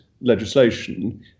legislation